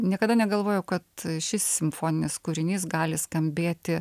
niekada negalvojau kad šis simfoninis kūrinys gali skambėti